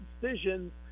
decisions